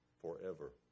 forever